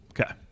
Okay